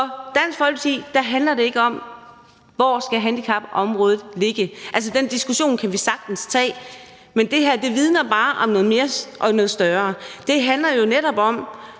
Dansk Folkeparti handler det ikke om, hvor handicapområdet skal ligge. Den diskussion kan vi sagtens tage, men det her handler bare om noget mere og noget større. Det handler jo netop om,